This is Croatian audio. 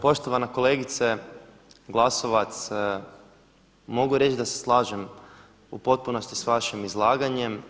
Poštovana kolegice Glasovac, mogu reći da se slažem u potpunosti s vašim izlaganjem.